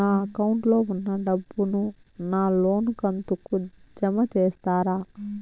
నా అకౌంట్ లో ఉన్న డబ్బును నా లోను కంతు కు జామ చేస్తారా?